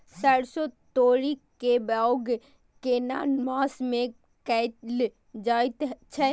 सरसो, तोरी के बौग केना मास में कैल जायत छै?